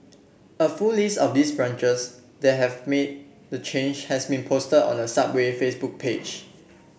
a full list of these branches that have made the change has been posted on the Subway Facebook page